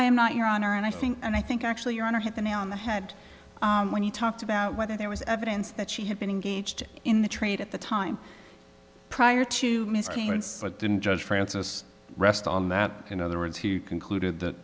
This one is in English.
am not your honor and i think and i think actually your honor hit the nail on the head when you talked about whether there was evidence that she had been engaged in the trade at the time prior to ms came in so i didn't judge francis rest on that in other words he concluded that